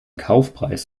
kaufpreis